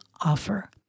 offer